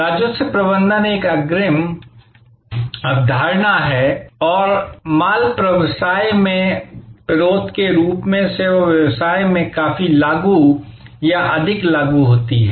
राजस्व प्रबंधन एक अग्रिम अवधारणा है जो माल व्यवसाय में विरोध के रूप में सेवा व्यवसाय में काफी लागू या अधिक लागू होती है